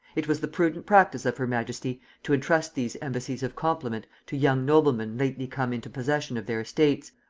it was the prudent practice of her majesty to intrust these embassies of compliment to young noblemen lately come into possession of their estates,